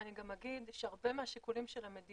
ואני גם אגיד שהרבה מהשיקולים של המדינה,